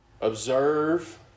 observe